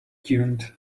tuned